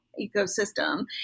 ecosystem